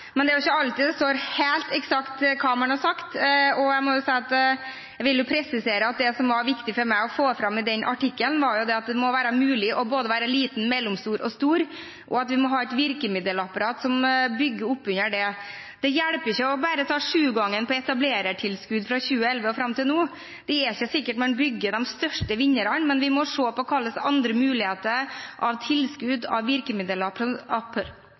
men det er ikke alltid det der står helt eksakt hva man har sagt. Jeg vil presisere at det som var viktig for meg å få fram i den artikkelen, var at det må være mulig både å være liten, mellomstor og stor, og at vi må ha et virkemiddelapparat som bygger opp under det. Det hjelper ikke bare å ta sjugangen på etablerertilskudd fra 2011 og fram til nå. Det er ikke sikkert man bygger de største vinnerne, men vi må se på hvilke andre muligheter av tilskudd, av